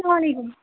اسلامُ علیکم